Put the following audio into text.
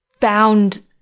found